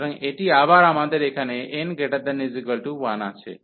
সুতরাং এটি আবার আমাদের এখানে n≥1 আছে